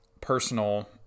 personal